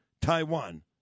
Taiwan